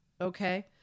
Okay